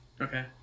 Okay